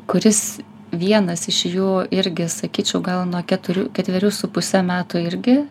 kuris vienas iš jų irgi sakyčiau gal nuo keturių ketverių su puse metų irgi